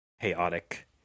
chaotic